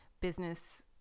business